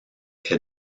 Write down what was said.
est